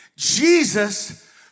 Jesus